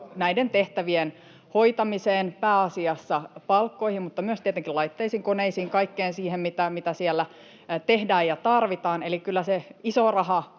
näiden tehtävien hoitamiseen, pääasiassa palkkoihin, mutta myös tietenkin laitteisiin, koneisiin, kaikkeen siihen, mitä siellä tehdään ja tarvitaan, eli kyllä se iso